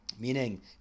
Meaning